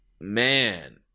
man